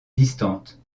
distante